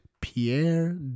Pierre